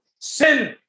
Sin